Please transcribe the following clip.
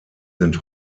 sind